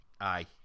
Aye